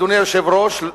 אדוני היושב-ראש,